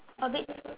a bit